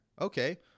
Okay